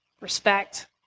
respect